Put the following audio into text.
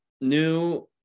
new